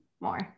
more